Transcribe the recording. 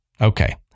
okay